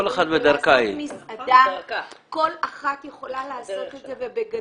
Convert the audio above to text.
כל אחת יכולה לעשות את זה ובגדול.